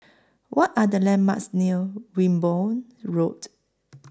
What Are The landmarks near Wimborne Road